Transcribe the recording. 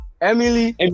Emily